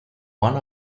one